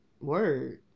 word